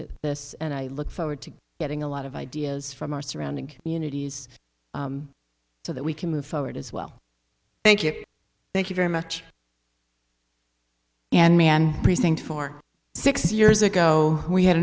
this and i look forward to getting a lot of ideas from our surrounding communities so that we can move forward as well thank you thank you very much and man precinct four six years ago we had